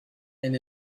and